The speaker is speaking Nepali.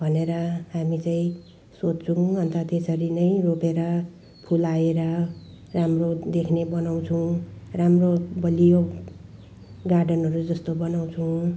भनेर हामी चाहिँ सोध्छौँ अन्त त्यसरी नै रोपेर फुलाएर राम्रो देख्ने बनाउँछौँ राम्रो बलियो गार्डनहरू जस्तो बनाउँछौँ